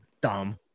dumb